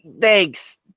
thanks